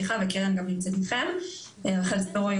רחל ספירו,